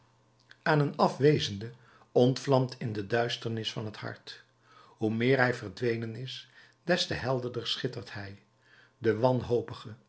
aan een afwezende ontvlamt in de duisternis van het hart hoe meer hij verdwenen is des te helderder schittert hij de wanhopige